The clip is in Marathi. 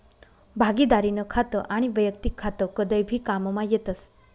भागिदारीनं खातं आनी वैयक्तिक खातं कदय भी काममा येतस